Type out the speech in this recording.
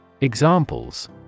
Examples